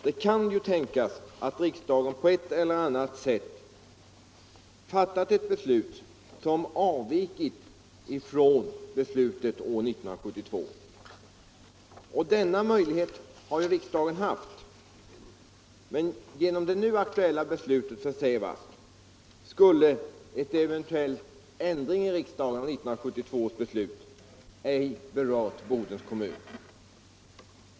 Det kan ju tänkas att riksmötet på ett eller annat sätt fattat ett beslut som avvikit från beslutet år 1972. Denna möjlighet har riksdagen haft. Men genom det nu aktuella beslutet för Sävast skulle en eventuell ändring i riksdagen av 1972 års beslut ej ha berört Bodens kommun.